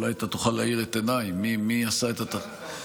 אולי אתה תוכל להאיר את עיניי מי עשה את התחקיר.